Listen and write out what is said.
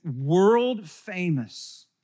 world-famous